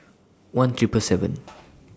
one Triple seven